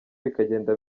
bikagenda